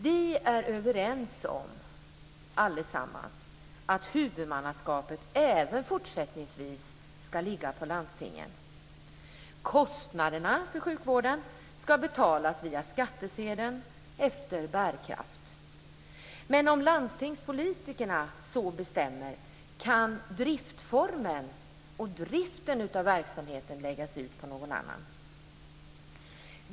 Vi är alla överens om att huvudmannaskapet även fortsättningsvis ska ligga på landstingen. Kostnaderna för sjukvården ska betalas via skattsedeln efter bärkraft. Men om landstingspolitikerna så bestämmer kan driftformen och driften av verksamheten läggas ut på någon annan.